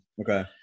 Okay